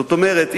זאת אומרת,